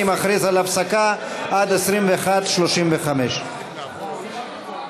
אני מכריז על הפסקה עד 21:35. (הישיבה נפסקה בשעה